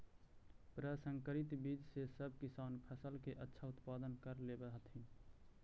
प्रसंकरित बीज से सब किसान फसल के अच्छा उत्पादन कर लेवऽ हथिन